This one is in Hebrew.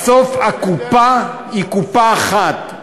בסוף הקופה היא קופה אחת,